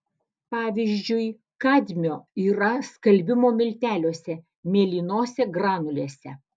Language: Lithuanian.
pavyzdžiui kadmio yra skalbimo milteliuose mėlynose granulėse